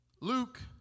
Luke